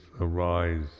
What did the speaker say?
arise